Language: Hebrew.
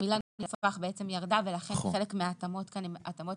המילה נצרך ירדה ולכן חלק מההתאמות כאן הן התאמות